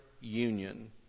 union